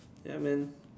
ya man